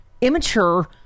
immature